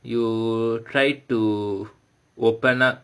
you try to open up